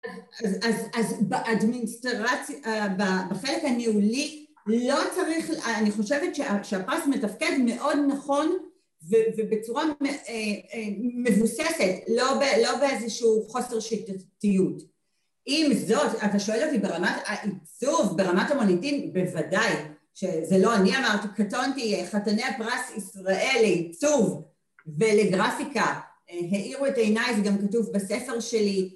אז באדמינסטרציה, בחלק הניהולי, לא צריך, אני חושבת שהפרס מתפקד מאוד נכון ובצורה מבוססת, לא באיזושהו חוסר שיטתיות. אם זאת, אתה שואל אותי ברמת העיצוב, ברמת המוניטין, בוודאי שזה לא אני אמרת, קטונתי, חתני הפרס ישראל לעיצוב ולגרפיקה, העירו את עיניי. זה גם כתוב בספר שלי